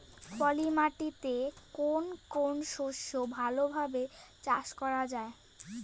পলি মাটিতে কোন কোন শস্য ভালোভাবে চাষ করা য়ায়?